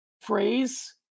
phrase